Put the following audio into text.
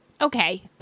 Okay